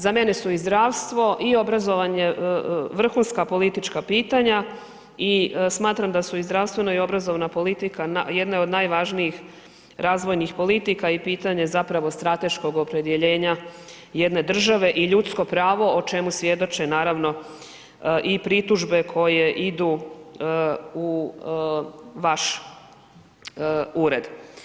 Za mene su i zdravstvo i obrazovanje vrhunska politička pitanja i smatram da su i zdravstvena i obrazovna politika jedne od najvažnijih razvojnih politika i pitanje zapravo strateškog opredjeljenja jedne države i ljudsko pravo o čemu svjedoče naravno i pritužbe koje idu u vaš ured.